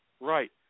Right